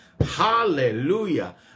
Hallelujah